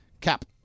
Cap